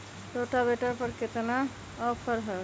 Rotavator पर केतना offer हव?